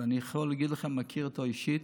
ואני יכול להגיד לכם: אני מכיר אותו אישית,